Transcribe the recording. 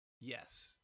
Yes